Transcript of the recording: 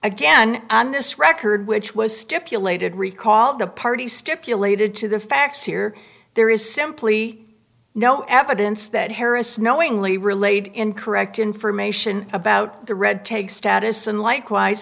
again on this record which was stipulated recall the party stipulated to the facts here there is simply no evidence that harris knowingly relayed incorrect information about the red tag status and likewise